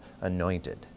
anointed